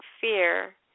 fear